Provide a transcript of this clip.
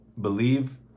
Believe